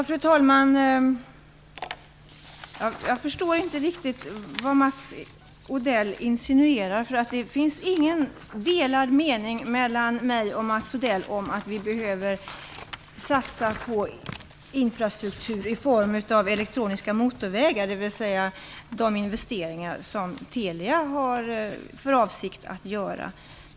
Fru talman! Jag förstår inte riktigt vad Mats Odell insinuerar. Det finns ingen delad mening mellan mig och Mats Odell om att vi behöver satsa på infrastruktur i form av elektroniska motorvägar, dvs. de investeringar som Telia har för avsikt att göra.